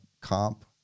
comp